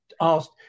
asked